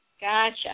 Gotcha